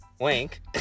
wink